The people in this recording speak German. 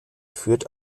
führt